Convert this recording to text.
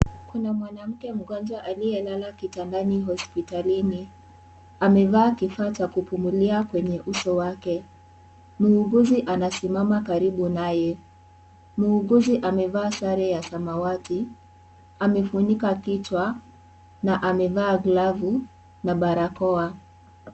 Kuna mwanamke mgonjwa aliye lala kitandani hospitalini. Amevaa kifaa cha kupumulia kwenye uso wake. Muuguzi anasimama karibu naye. Muuguzi amevaa sare ya samawati, amefunika kichwa, navamevaa glovu na barakoa.